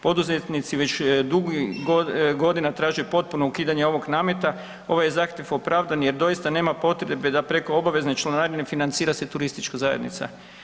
Poduzetnici već dugo godina traže potpuno ukidanje ovog nameta, ovaj je zahtjev opravdan jer doista nema potrebe da preko obavezne članarine financira se turistička zajednica.